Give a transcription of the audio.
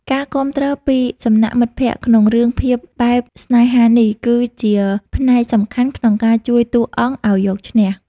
ការគាំទ្រពីសំណាក់មិត្តភក្តិ ក្នុងរឿងភាពបែបស្នេហានេះគឺជាផ្នែកសំខាន់ក្នុងការជួយតួអង្គឱ្យយកឈ្នះ។